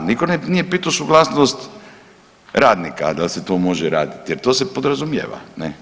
A nitko nije pitao suglasnost radnika da se to može raditi jer to se podrazumijeva, ne?